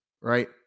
right